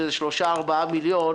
אין רציפות והמשכיות,